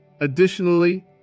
Additionally